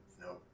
No